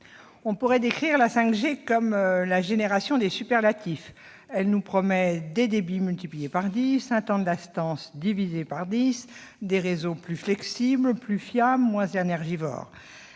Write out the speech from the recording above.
on pourrait décrire la 5G comme la génération des superlatifs. Elle nous promet des débits multipliés par dix, un temps de latence divisé par dix, des réseaux plus flexibles, plus fiables, moins énergivores